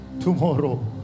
tomorrow